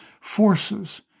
forces